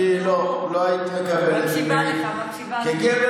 אני לא, לא היית מקבלת ממני, מקשיבה